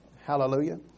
Hallelujah